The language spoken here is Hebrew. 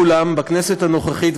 ואולם בכנסת הנוכחית,